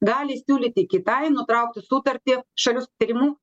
gali siūlyti kitai nutraukti sutartį šalių susitarimu